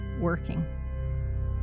working